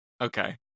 Okay